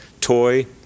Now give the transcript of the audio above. toy